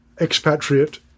expatriate